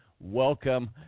Welcome